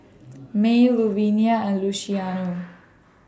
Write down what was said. Mae Luvenia and Luciano